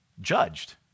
judged